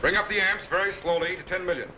bring out the i am very slowly ten million